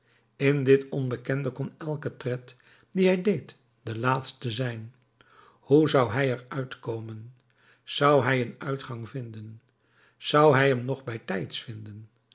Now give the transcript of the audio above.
in dit onbekende kon elke tred dien hij deed de laatste zijn hoe zou hij er uitkomen zou hij een uitgang vinden zou hij hem nog bijtijds vinden